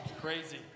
crazy